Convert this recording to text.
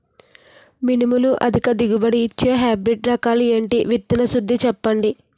మినుములు అధిక దిగుబడి ఇచ్చే హైబ్రిడ్ రకాలు ఏంటి? విత్తన శుద్ధి చెప్పండి?